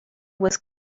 was